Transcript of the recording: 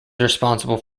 responsible